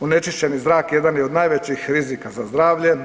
Onečišćeni zrak jedan je od najvećih rizika za zdravlje.